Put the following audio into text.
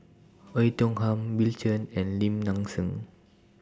Oei Tiong Ham Bill Chen and Lim Nang Seng